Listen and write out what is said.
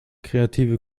kreative